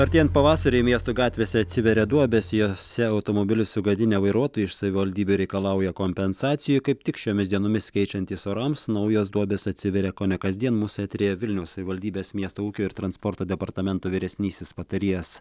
artėjant pavasariui miesto gatvėse atsiveria duobės jose automobilius sugadinę vairuotojai iš savivaldybių reikalauja kompensacijų kaip tik šiomis dienomis keičiantis orams naujos duobės atsiveria kone kasdien mūsų eteryje vilniaus savivaldybės miesto ūkio ir transporto departamento vyresnysis patarėjas